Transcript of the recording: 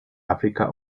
áfrica